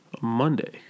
Monday